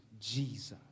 Jesus